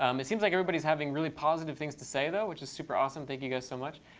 um it seems like everybody's having really positive things to say, though, which is super awesome. thank you guys so much.